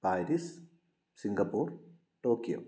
Paris Singapore Tokyo